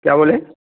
क्या बोले